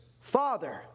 father